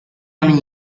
and